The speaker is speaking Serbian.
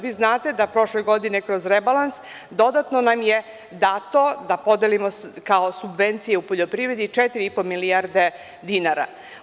Vi znate da nam je prošle godine kroz rebalans dodatno dato da podelimo kao subvencije u poljoprivredi 4,5 milijarde dinara.